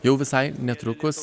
jau visai netrukus